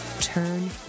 turn